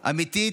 אמיתית,